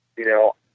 you know,